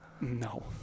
No